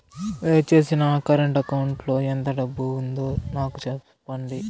దయచేసి నా current account లో ఎంత డబ్బు ఉందో నాకు సెప్పండి